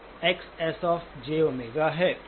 यह XsjΩ है